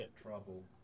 trouble